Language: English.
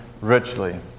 richly